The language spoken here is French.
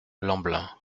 lamblin